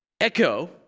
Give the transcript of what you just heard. echo